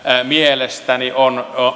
on